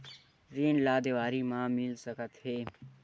ऋण ला देवारी मा मिल सकत हे